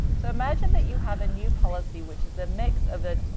so imagine that you have a new policy, which is a mix of an,